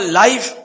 life